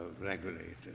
regulated